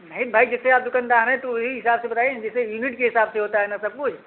नही भाई जैसे आप दुकानदार है तो वही हिसाब से बताइए न जैसे यूनिट के हिसाब से होता है न सब कुछ